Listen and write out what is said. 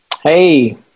Hey